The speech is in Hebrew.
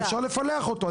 זה אחוז שאפשר לפלח אותו,